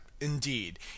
indeed